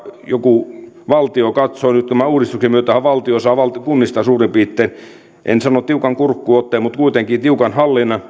joku valtio niin katsoo nyt tämän uudistuksen myötähän valtio saa kunnista suurin piirtein en sano tiukan kurkkuotteen mutta kuitenkin tiukan hallinnan